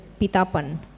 pitapan